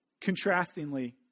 Contrastingly